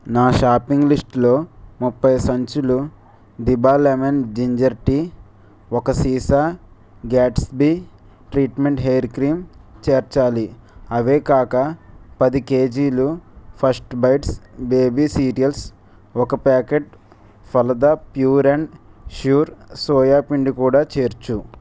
నా షాపింగ్ లిస్టులో ముప్పై సంచులు దిభా లెమన్ జింజర్ టీ ఒక సీసా గాట్స్బి ట్రీట్మెంట్ హెయిర్ క్రీమ్ చేర్చాలి అవే కాక పది కేజీలు ఫస్ట్ బైట్స్ బేబీ సిరియల్స్ ఒక packet Phalada pure and sure soya పిండి కూడా చేర్చు